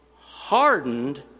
hardened